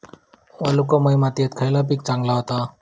वालुकामय मातयेत खयला पीक चांगला होता?